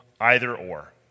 either-or